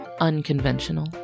unconventional